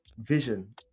vision